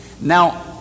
Now